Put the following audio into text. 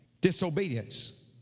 Disobedience